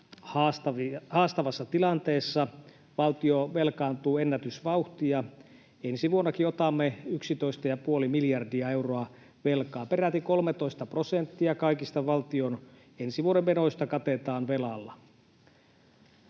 haastavassa tilanteessa. Valtio velkaantuu ennätysvauhtia. Ensi vuonnakin otamme 11 ja puoli miljardia euroa velkaa. Peräti 13 prosenttia kaikista valtion ensi vuoden menoista katetaan velalla.